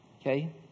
Okay